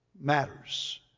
matters